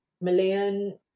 Malayan